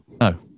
No